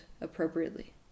appropriately